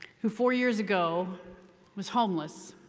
who four years ago was homeless.